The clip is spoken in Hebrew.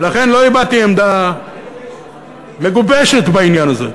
לכן לא הבעתי עמדה מגובשת בעניין הזה,